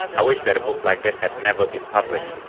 i wish that a book like this had never been published,